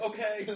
Okay